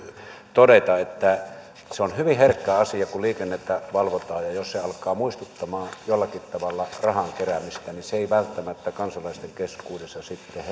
todeta että se on hyvin herkkä asia kun liikennettä valvotaan ja jos se alkaa muistuttamaan jollakin tavalla rahan keräämistä niin se ei välttämättä kansalaisten keskuudessa herätä